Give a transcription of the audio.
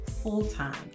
full-time